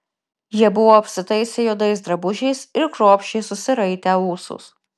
jie buvo apsitaisę juodais drabužiais ir kruopščiai susiraitę ūsus